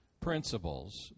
principles